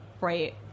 right